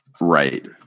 Right